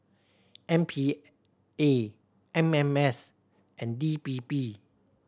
M P A M M S and D P P